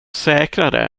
säkrare